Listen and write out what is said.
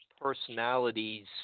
personalities